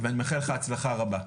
ואני מאחל לך הצלחה רבה.